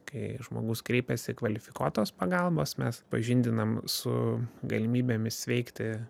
kai žmogus kreipiasi kvalifikuotos pagalbos mes pažindinam su galimybėmis sveikti